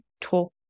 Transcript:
talk